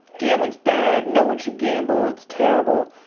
gambling's bad. no one should gamble, it's terrible.